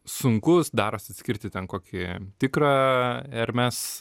sunku darosi atskirti ten kokį tikrą ir mes